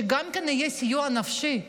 שיהיה גם סיוע נפשי.